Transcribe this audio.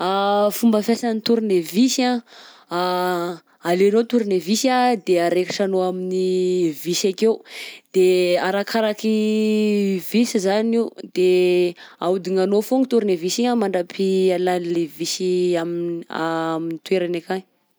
Fomba fiasan'ny tournevis anh alainao tournevis anh de araikitranao amin'ny vis akeo de arakaraky vis izany io de ahodignanao foagna tournevis igny a mandrapialan'lay vis am- am'toerany akagny.